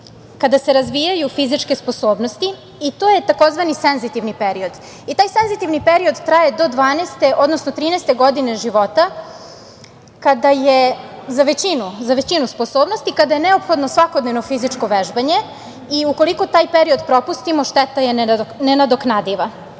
kada se razvijaju fizičke sposobnosti i to je tzv. senzitivni period. Taj senzitivni period traje do 12, odnosno 13. godine života, kada je za većinu sposobnosti neophodno svakodnevno fizičko vežbanje i ukoliko taj period propustimo šteta je nenadoknadiva.